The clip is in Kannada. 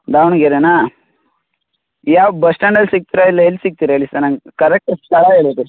ದಾವಣಗೆರೆನಾ ಯಾವ ಬಸ್ ಸ್ಟ್ಯಾಂಡಲ್ಲಿ ಸಿಗ್ತೀರಾ ಇಲ್ಲ ಎಲ್ಲಿ ಸಿಗ್ತೀರಾ ಹೇಳಿ ಸರ್ ನಂಗೆ ಕರೆಕ್ಟ್ ಸ್ಥಳ ಹೇಳಿ ಸರ್